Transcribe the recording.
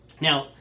Now